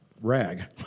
rag